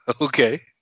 Okay